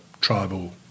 tribal